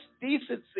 decency